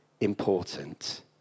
important